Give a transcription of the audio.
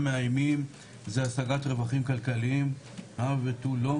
מאיימים זה השגת רווחים כלכליים הא ותו לא,